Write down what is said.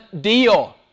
deal